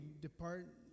depart